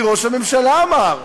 כי ראש הממשלה אמר.